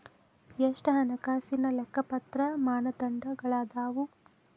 ಎಷ್ಟ ಹಣಕಾಸಿನ್ ಲೆಕ್ಕಪತ್ರ ಮಾನದಂಡಗಳದಾವು?